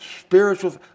spiritual